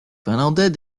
finlandais